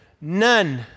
None